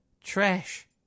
Trash